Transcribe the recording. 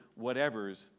whatevers